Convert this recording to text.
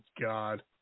God